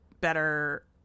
better